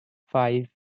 five